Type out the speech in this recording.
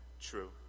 true